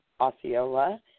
Osceola